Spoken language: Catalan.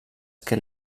que